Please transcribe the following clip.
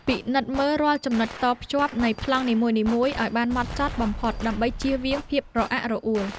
ពិនិត្យមើលរាល់ចំណុចតភ្ជាប់នៃប្លង់នីមួយៗឱ្យបានហ្មត់ចត់បំផុតដើម្បីចៀសវាងភាពរអាក់រអួល។